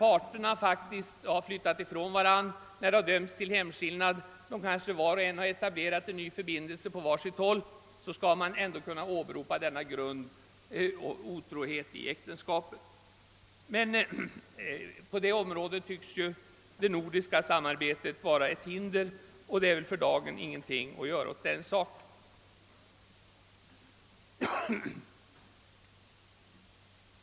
När det har dömts till hemskillnad och parterna fak tiskt flyttat från varandra och var och en kanske etablerat en ny förbindelse, skall man alltså ändå kunna åberopa grunden otrohet i äktenskapet som äktenskapsskillnadsanledning. På detta område tycks dock det nordiska samarbetet vara ett hinder, och det är väl för dagen intet att göra åt detta.